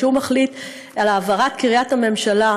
כשהוא מחליט על העברת קריית הממשלה לירושלים,